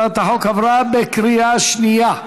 הצעת החוק עברה בקריאה שנייה.